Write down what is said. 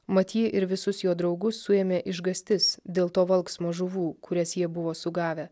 mat jį ir visus jo draugus suėmė išgąstis dėl to valksmo žuvų kurias jie buvo sugavę